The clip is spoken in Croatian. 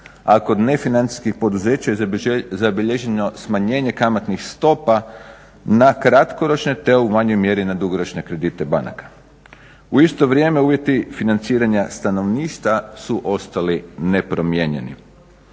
a kod nefinancijskih poduzeća zabilježeno je smanjenje kamatnih stopa na kratkoročne te u manjoj mjeri na dugoročne kredite banaka. U isto vrijeme uvjeti financiranja stanovništva su ostali nepromijenjeni.